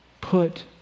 Put